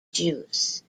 juice